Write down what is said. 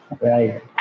Right